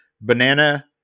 Banana